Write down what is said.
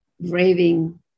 raving